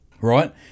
right